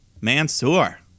Mansoor